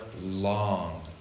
long